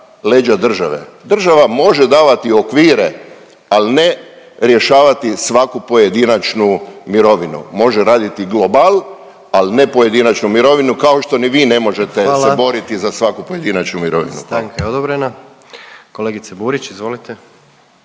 leđa države. Država može davati okvire, ali ne rješavati svaku pojedinačnu mirovinu, može raditi global, ali ne pojedinačnu mirovinu kao što ni vi ne možete se boriti za svaku pojedinačnu mirovinu.